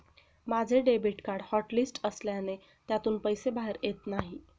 माझे debit card hotlist असल्याने त्यातून पैसे बाहेर येत नाही